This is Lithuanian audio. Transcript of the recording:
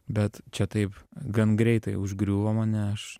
bet čia taip gan greitai užgriuvo mane aš